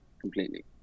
completely